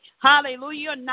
Hallelujah